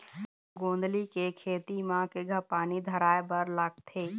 गोंदली के खेती म केघा पानी धराए बर लागथे?